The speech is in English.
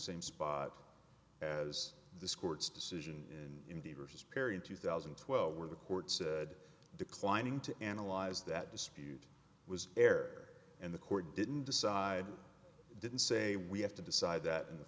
same spot as this court's decision in india versus perry in two thousand and twelve where the court said declining to analyze that dispute was air and the court didn't decide didn't say we have to decide that in the